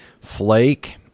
flake